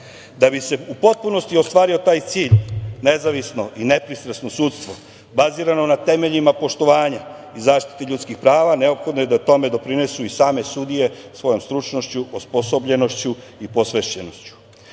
bi se u potpunosti ostvario taj cilj, nezavisno i nepristrasno sudstvo bazirano na temeljima poštovanja i zaštite ljudskih prava, neophodno je da tome doprinesu i same sudije svojom stručnošću, osposobljenošću i posvećenošću. Skupštinski